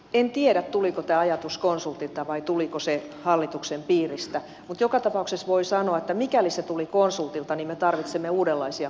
en tiedä tuliko tämä ajatus konsultilta vai tuliko se hallituksen piiristä mutta joka tapauksessa voi sanoa että mikäli se tuli konsultilta niin me tarvitsemme uudenlaisia konsultteja